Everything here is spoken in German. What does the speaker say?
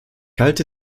halte